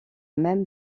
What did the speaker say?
même